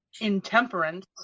intemperance